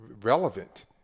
relevant